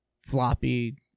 Floppy